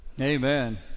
Amen